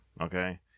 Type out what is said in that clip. Okay